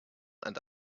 and